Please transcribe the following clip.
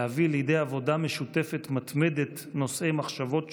להביא לידי עבודה משותפת מתמדת נושאי מחשבות שונות,